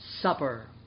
Supper